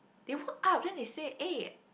they woke up then they say eh